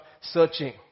searching